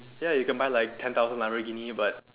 ya you can buy like ten thousand Lamborghini but